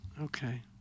Okay